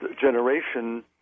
generation